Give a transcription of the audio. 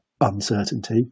uncertainty